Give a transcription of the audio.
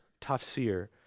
tafsir